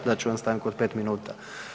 Dat ću vam stanku od 5 minuta.